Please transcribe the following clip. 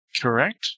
Correct